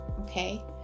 Okay